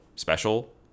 special